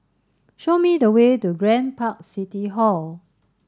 show me the way to Grand Park City Hall